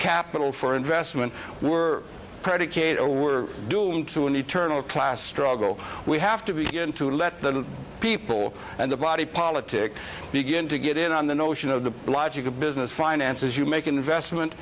capital for investment we're predicate or we're doomed to an eternal class struggle we have to begin to let the people and the body politic begin to get in on the notion of the logic of business finances you make an investment